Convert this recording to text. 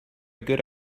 good